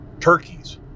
turkeys